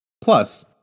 Plus